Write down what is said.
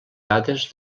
dades